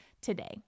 today